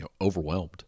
overwhelmed